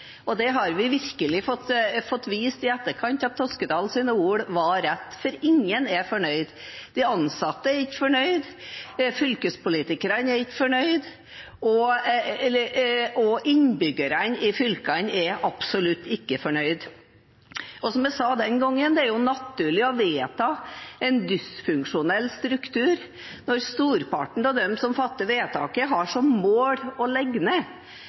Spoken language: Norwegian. med. Det har virkelig i etterkant fått vist seg at Geir Sigbjørn Toskedals ord var rett, for ingen er fornøyd. De ansatte er ikke fornøyde, fylkespolitikerne er ikke fornøyde, og innbyggerne i fylkene er absolutt ikke fornøyde. Som jeg sa den gangen, er det naturlig å vedta en dysfunksjonell struktur når storparten av dem som fatter vedtaket, har som mål å legge ned.